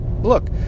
look